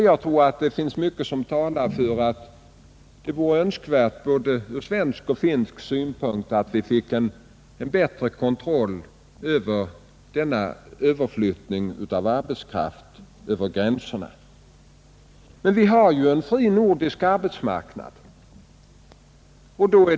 Jag tror också att det från både svensk och finsk synpunkt vore önskvärt att få en bättre kontroll över strömmen av arbetskraft över gränserna. Men vi har ju en fri nordisk arbetsmarknad.